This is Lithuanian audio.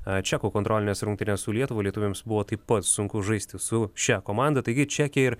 a čekų kontrolines rungtynes su lietuva lietuviams buvo taip pat sunku žaisti su šia komanda taigi čekija ir